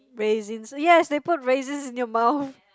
raisins yes they put raisins in your mouth